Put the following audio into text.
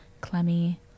clemmy